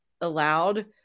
allowed